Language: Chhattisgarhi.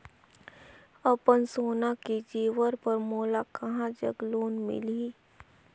अपन सोना के जेवर पर मोला कहां जग लोन मिलही?